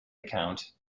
account